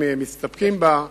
אם מסתפקים בה,